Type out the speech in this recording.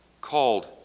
Called